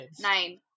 Nine